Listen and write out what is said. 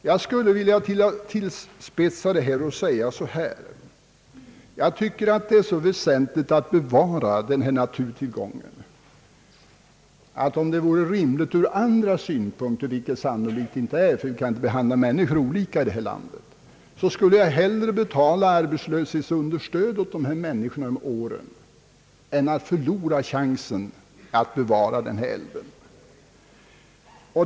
Jag skulle vilja tillspetsa det hela och säga: Jag tycker att det är så väsentligt att bevara denna naturtillgång, att jag, om det vore rimligt ur andra synpunkter — vilket det sannolikt inte är, eftersom vi inte kan behandla människorna olika här i landet — hellre skulle betala arbetslöshetsunderstöd åt dessa människor under åren än att förlora chansen att bevara denna älv.